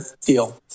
deal